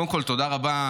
קודם כול, תודה רבה,